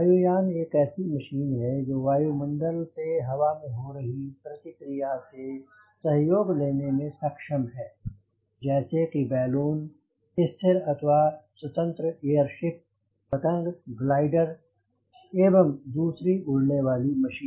वायु यान एक ऐसी मशीन है जो वायुमंडल से हवा में हो रही प्रतिक्रिया से सहयोग लेने में सक्षम है जैसे कि बैलून स्थिर अथवा स्वतंत्र एयर शिप पतंग ग्लाइडर एवं दूसरी उड़ने वाली मशीन